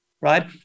right